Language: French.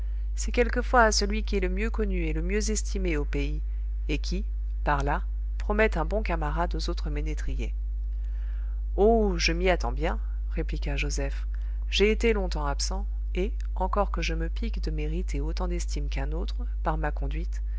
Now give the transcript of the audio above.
c'est quelquefois à celui qui est le mieux connu et le mieux estimé au pays et qui par là promet un bon camarade aux autres ménétriers oh je m'y attends bien répliqua joseph j'ai été longtemps absent et encore que je me pique de mériter autant d'estime qu'un autre par ma conduite